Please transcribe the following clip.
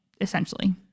essentially